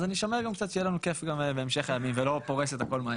אז אני שומר שיהיה לנו כיף גם בהמשך הימים ולא פורס את הכול מהר.